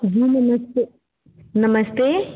जी नमस्ते नमस्ते